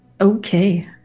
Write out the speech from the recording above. okay